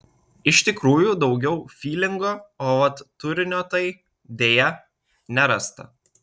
iš tikrųjų daugiau fylingo o vat turinio tai deja nerasta